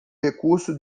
recurso